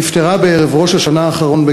נפטרה בערב ראש השנה האחרון,